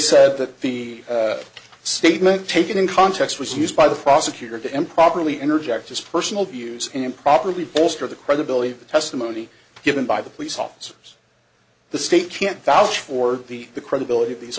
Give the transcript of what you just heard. said that the statement taken in context was used by the prosecutor to improperly interject his personal views improperly bolster the credibility of the testimony given by the police officers the state can't vouch for the the credibility of these